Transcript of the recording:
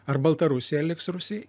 ar baltarusija liks rusijai